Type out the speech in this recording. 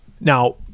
now